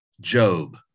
Job